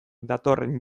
datorren